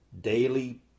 daily